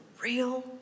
real